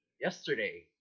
yesterday